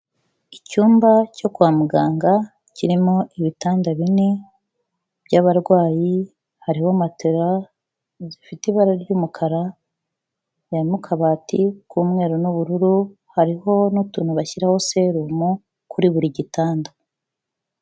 Icyumba cyo kwa muganga kirimo ibitanda bine by'abarwayi, hariho matera zifite ibara ry'umukara, harimo akabati k'umweru n'ubururu, hariho n'utuntu bashyiraho serumu kuri buri gitanda.